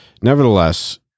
Nevertheless